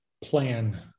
plan